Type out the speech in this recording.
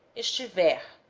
is to be